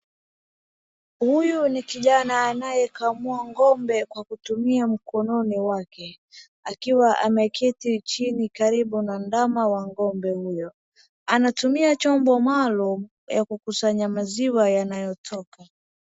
Huyu ni kijana anayekamua ng'ombe kwa kutumia mkononi wake akiwa ameketi chini karibu na ndama wa ng'ombe huyo. Anatumia chombo maalum ya kukusanya maziwa yanayotoka.